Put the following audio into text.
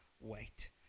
wait